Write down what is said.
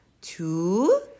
two